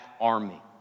army